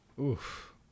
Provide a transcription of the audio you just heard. Oof